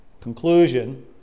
conclusion